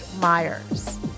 Myers